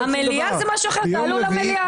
המליאה זה משהו אחר, תעלו למליאה.